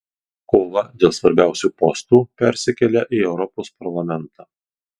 kova dėl svarbiausių postų persikelia į europos parlamentą